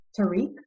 Tariq